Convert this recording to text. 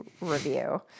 Review